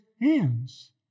hands